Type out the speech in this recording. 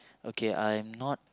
okay I'm not